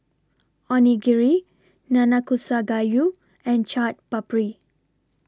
Onigiri Nanakusa Gayu and Chaat Papri